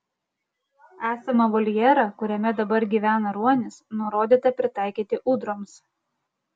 esamą voljerą kuriame dabar gyvena ruonis nurodyta pritaikyti ūdroms